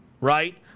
right